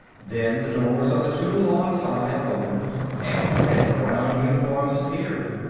then the doors on the two long sides opened, and red-brown uniforms appeared.